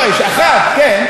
לא, יש אחת, כן.